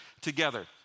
together